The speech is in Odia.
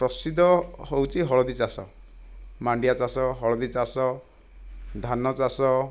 ପ୍ରସିଦ୍ଧ ହେଉଛି ହଳଦୀ ଚାଷ ମାଣ୍ଡିଆ ଚାଷ ହଳଦୀ ଚାଷ ଧାନ ଚାଷ